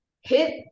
hit